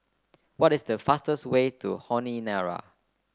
what is the fastest way to Honiara